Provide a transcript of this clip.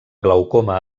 glaucoma